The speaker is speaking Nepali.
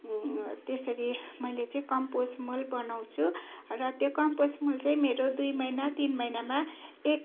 त्यसरी मैले चाहिँ कम्पोस्ट मल बनाउँछु र त्यो कम्पोस्ट मल चाहिँ मेरो दुई महिना तिन महिनामा एक